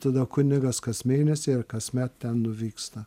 tada kunigas kas mėnesį ar kasmet ten nuvyksta